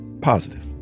positive